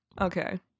Okay